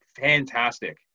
fantastic